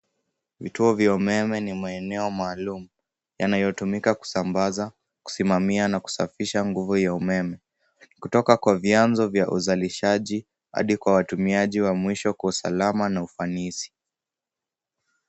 Vituo vya umeme ni maeneo maalum yanayotumika kusambaza ,kusimamia na kusafisha nguvu ya umeme, kutoka kwa vyanzo vya uzalishaji hadi kwa watumiaji wa mwisho kwa usalama na ufanisi.